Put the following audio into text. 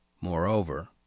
Moreover